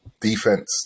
defense